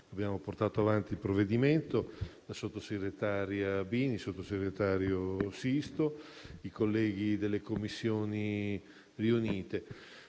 abbiamo portato avanti il provvedimento, alla sottosegretaria Bini e al sottosegretario Sisto e ai colleghi delle Commissioni riunite.